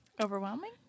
Overwhelming